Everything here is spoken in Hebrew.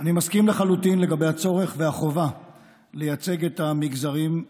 אולי תעשה את זה בשלבים.